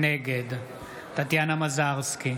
נגד טטיאנה מזרסקי,